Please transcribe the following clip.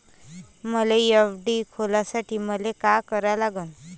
मले एफ.डी खोलासाठी मले का करा लागन?